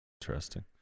Interesting